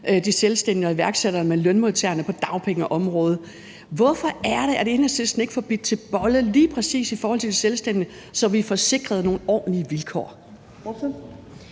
de selvstændige og iværksætterne med lønmodtagerne på dagpengeområdet. Hvorfor er det, at Enhedslisten ikke får bidt til bolle lige præcis i forhold til de selvstændige, så vi får sikret nogle ordentlige vilkår?